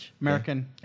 American